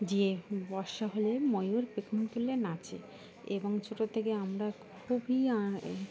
যে বর্ষা হলে ময়ূর পেখম তুলে নাচে এবং ছোটো থেকে আমরা খুবই আ